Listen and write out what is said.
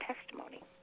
testimony